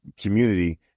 community